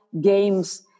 games